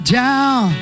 down